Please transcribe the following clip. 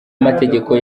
amategeko